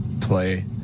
play